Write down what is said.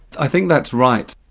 i think that's right.